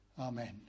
Amen